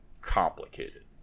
complicated